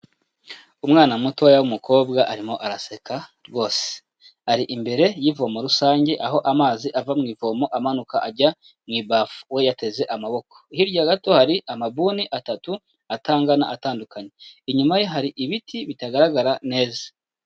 Umwana mutoya w'umukobwa arimo araseka rwose, ari imbere y'ivomo rusange aho amazi ava mu ivomo amanuka ajya mu ibafu we yateze amaboko, hirya gato hari amabuni atatu atangana atandukanye, inyuma ye hari ibiti bitagaragara neza.